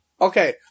Okay